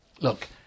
Look